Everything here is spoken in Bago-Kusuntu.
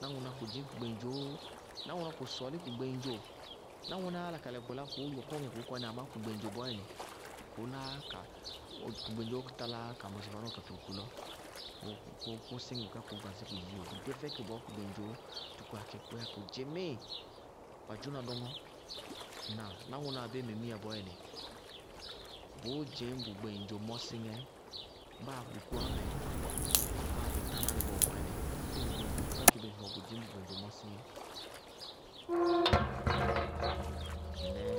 Náŋʋná, kʋdzɩñ kʋ gbeŋdzo, náŋʋná kʋ sɔɔlɩ kʋ gbeŋdzo. Náŋʋná yála kalɛ kɔkɔlɩyá kʋʋ yɔkɔŋɛ kʋʋkɔnɩ amá kʋ gbeŋdzoó bɔɔyɛnɩ kɔla kʋ gbeŋdzoó táláyá ka mɔsɩ vanɔɔ ka tɩnɩ kʋlɔ. Kʋʋsɩŋɩ kʋká kʋʋ gbansɩ kʋdziiwo. Bʋdéfɛkɩ bɔɔ kagbedzoó tukúa kɩ, bʋyáa kʋ dzɩmɩɩ. Ba dzʋná dʋŋɔ. Nnáa? Náŋʋná abéé memiya bɔɔyɛnɩ, bʋdzɩñʋ bʋgbeŋdzo mɔsɩŋɛ. Báa bʋtánánɩ bɔɔ bɔɔyɛnɩ, bɩɩ bʋgbeŋdzo kɛkɩbɩ ŋsɩmɔɔ bʋdzɩñ bʋgbeŋdzo mɔsɩŋɛ. Nnáa? Mɩnɛɛ